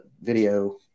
video